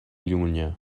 llunyà